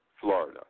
Florida